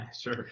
Sure